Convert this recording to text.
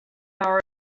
our